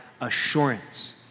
assurance